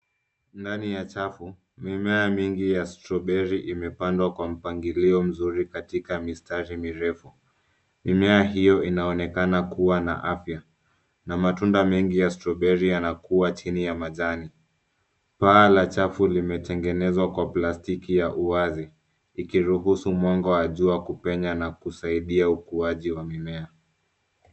Ndani ya chafu mimea mingi ya strawberry imepandwa kwa mpangilio mzuri katika mistari mirefu. Mimea hiyo inaonekana kuwa na afya na matunda mengi ya strawberry yanakua chini ya majani. Paa la chafu limetengenezwa kwa plastiki ya uwazi likiruhusu mwanga wa jua kupenya na kusaidia ukuaji wa mimea.